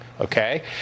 Okay